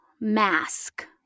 mask